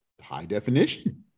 high-definition